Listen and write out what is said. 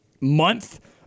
month